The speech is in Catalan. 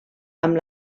amb